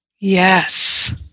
Yes